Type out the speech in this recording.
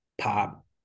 pop